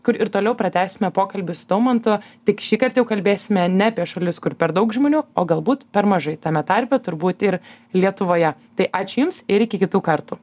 kur ir toliau pratęsime pokalbį su daumantu tik šįkart jau kalbėsime ne apie šalis kur per daug žmonių o galbūt per mažai tame tarpe turbūt ir lietuvoje tai ačiū jums ir iki kitų kartų